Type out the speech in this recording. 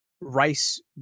Rice